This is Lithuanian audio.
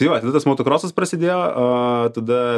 tai va tada tas motokrosas prasidėjo tada